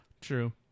True